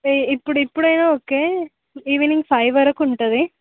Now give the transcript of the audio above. ఇప్పుడిప్పుడైనా okay evening five వరకు ఉంటుంది